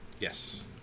Yes